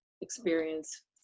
experience